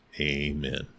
Amen